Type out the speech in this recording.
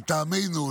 לטעמנו,